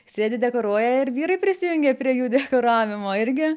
sėdi dekoruoja ir vyrai prisijungia prie jų dekoravimo irgi